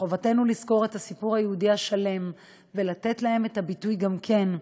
וחובתנו לזכור את הסיפור היהודי השלם ולתת להם את הביטוי גם כן,